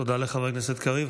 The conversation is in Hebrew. תודה לחבר הכנסת קריב.